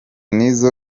nizzo